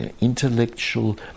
intellectual